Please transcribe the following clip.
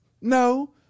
No